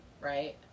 Right